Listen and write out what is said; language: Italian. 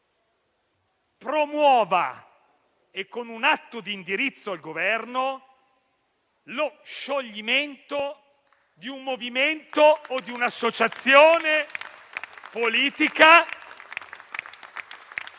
- promuova, peraltro con un atto di indirizzo al Governo, lo scioglimento di un movimento o di un'associazione politica